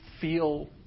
feel